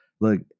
Look